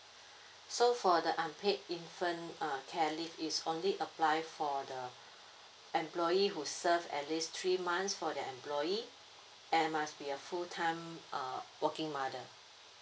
so for the unpaid infant uh care leave is only apply for the employee who served at least three months for their employer and must be a full time uh working mother